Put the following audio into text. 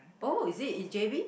oh is it in j_b